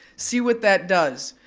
see what that does.